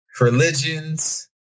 religions